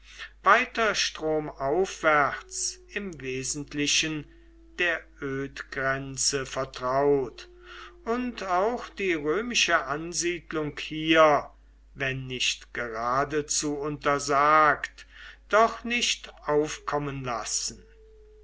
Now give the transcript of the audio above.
weiter stromaufwärts im wesentlichen der ödgrenze vertraut und auch die römische ansiedelung hier wenn nicht geradezu untersagt doch nicht aufkommen lassen